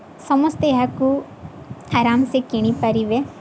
ସମସ୍ତେ ଏହାକୁ ଆରାମ୍ସେ କିଣିପାରିବେ